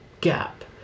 gap